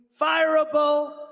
fireable